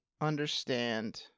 understand